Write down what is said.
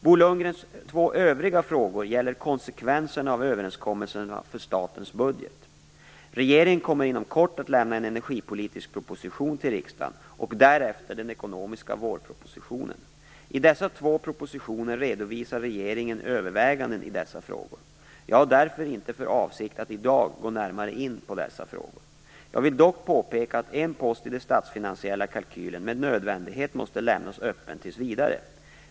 Bo Lundgrens två övriga frågor gäller konsekvenserna av överenskommelsen för statens budget. Regeringen kommer inom kort att lämna en energipolitisk proposition till riksdagen, och därefter den ekonomiska vårpropositionen. I dessa propositioner redovisar regeringen överväganden i dessa frågor. Jag har därför inte för avsikt att i dag gå närmare in på dessa frågor. Jag vill dock påpeka att en post i den statsfinansiella kalkylen med nödvändighet måste lämnas öppen till vidare.